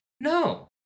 No